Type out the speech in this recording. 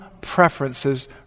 preferences